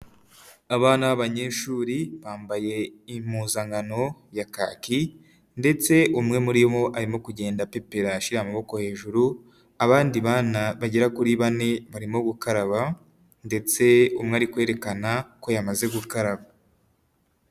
Aba ni abanyeshuri bambaye impuzankano ya kacyi ndetse umwe muri bo arimo kugenda apepera ashyira amaboko hejuru, abandi bana bagera kuri bane barimo gukaraba ndetse umwe ari kwerekana ko yamaze gukaraba.